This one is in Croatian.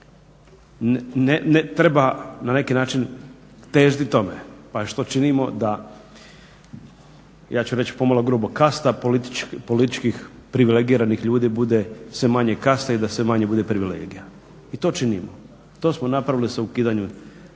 treba na neki način težiti tome pa što činimo da ja ću reći pomalo grubo kasta političkih privilegiranih ljudi bude sve manje kasta i da sve manje bude privilegija. I to činimo. To smo napravili sa ukidanjem